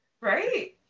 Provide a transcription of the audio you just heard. right